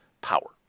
power